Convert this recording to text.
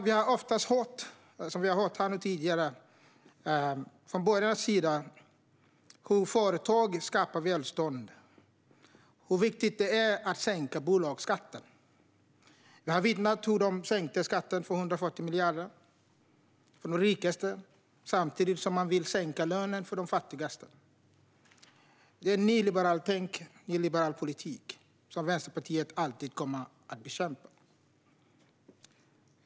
Vi har tidigare hört från borgarnas sida hur företag skapar välstånd och hur viktigt det är att sänka bolagsskatten. Vi har bevittnat hur de har sänkt skatten med 140 miljarder för de rikaste samtidigt som man vill sänka lönen för de fattigaste. Det är ett nyliberalt tänk i en liberal politik, som Vänsterpartiet alltid kommer att bekämpa.